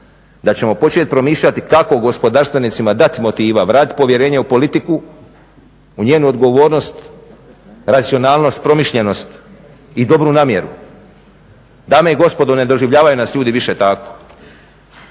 da ćemo početi promišljati kako gospodarstvenicima dati motiva, vratiti povjerenje u politiku, u njenu odgovornost, racionalnost, promišljenost i dobru namjeru. Dame i gospodo ne doživljavaju nas ljudi više tako,